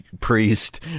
priest